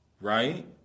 right